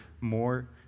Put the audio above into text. more